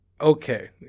okay